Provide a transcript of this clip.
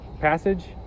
passage